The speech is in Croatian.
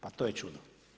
Pa to je čudo!